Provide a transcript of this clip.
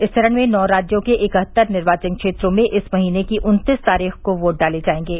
इस चरण में नौ राज्यों के इकहत्तर निर्वाचन क्षेत्रों में इस महीने की उन्तीस तारीख को वोट डाले जाएंगे